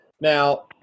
Now